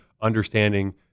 understanding